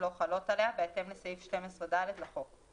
לא חלות עליה בהתאם לסעיף 12(ד) לחוק,